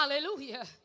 Hallelujah